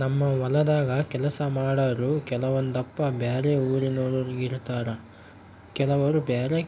ನಮ್ಮ ಹೊಲದಾಗ ಕೆಲಸ ಮಾಡಾರು ಕೆಲವೊಂದಪ್ಪ ಬ್ಯಾರೆ ಊರಿನೋರಾಗಿರುತಾರ ಕೆಲವರು ಬ್ಯಾರೆ